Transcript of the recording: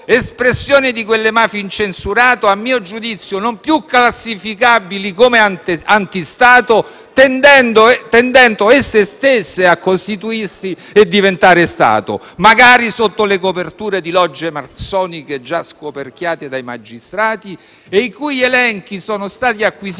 espressione di quelle mafie incensurate - a mio giudizio - non più classificabili come anti Stato, tendendo esse stesse a costituirsi e diventare Stato, magari sotto le coperture di logge massoniche già scoperchiate dai magistrati, i cui elenchi sono stati acquisiti